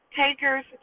takers